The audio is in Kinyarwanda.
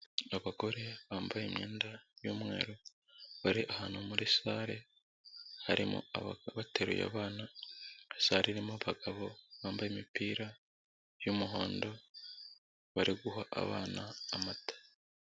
Abagore bambaye imyenda y'umweru, bari ahantu muri sale harimo abateruye abana, sale irimo abagabo bambaye imipira y'umuhondo, bari guha abana amata.